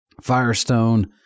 Firestone